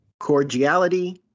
cordiality